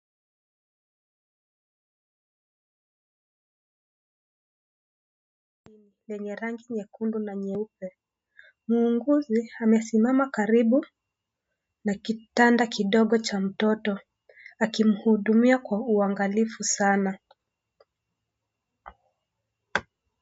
Yenye rangi nyekundu na nyeupe. Muuguzi amesimama karibu na kitanda kidogo cha mtoto akimhudumia kwa uangalifu sana.